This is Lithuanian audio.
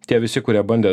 tie visi kurie bandė